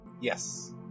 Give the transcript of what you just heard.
Yes